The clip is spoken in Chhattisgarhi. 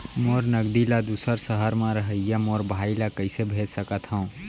मोर नगदी ला दूसर सहर म रहइया मोर भाई ला कइसे भेज सकत हव?